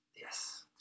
yes